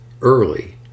early